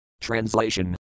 Translation